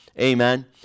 Amen